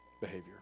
behavior